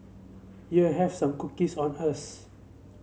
here have some cookies on us